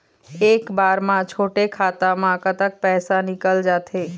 एक बार म छोटे खाता म कतक पैसा निकल जाथे?